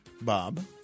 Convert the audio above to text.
Bob